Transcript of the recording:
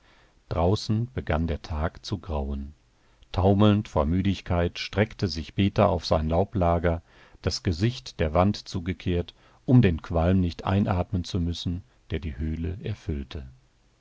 draußen begann der tag zu grauen taumelnd vor müdigkeit streckte sich peter auf sein laublager das gesicht der wand zugekehrt um den qualm nicht einatmen zu müssen der die höhle erfüllte